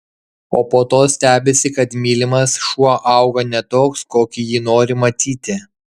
o po to stebisi kad mylimas šuo auga ne toks kokį jį nori matyti